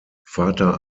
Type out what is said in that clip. vater